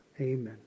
Amen